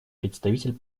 представитель